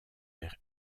vers